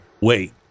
Wait